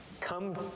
Come